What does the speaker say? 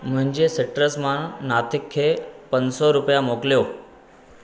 मुंहिंजे सिट्रस मां नातिक खे पंज सौ रुपिया मोकिलियो